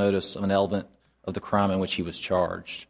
notice of an element of the crime in which he was charged